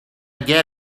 get